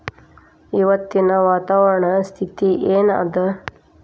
ಇವತ್ತಿನ ವಾತಾವರಣ ಸ್ಥಿತಿ ಏನ್ ಅದ?